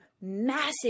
massive